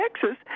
texas